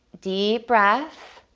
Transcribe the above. deep breath